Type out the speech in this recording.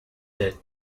that